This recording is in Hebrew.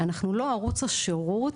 אנחנו לא ערוץ השירות,